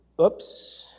oops